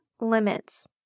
limits